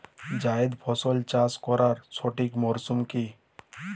জায়েদ ফসল চাষ করার সঠিক মরশুম কি?